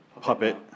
puppet